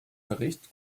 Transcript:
bericht